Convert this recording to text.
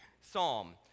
psalm